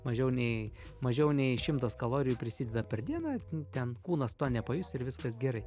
mažiau nei mažiau nei šimtas kalorijų prisideda per dieną ten kūnas to nepajus ir viskas gerai